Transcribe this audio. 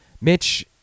Mitch